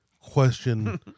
question